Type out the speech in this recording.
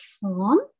form